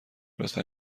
لطفا